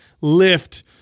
lift